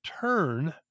turn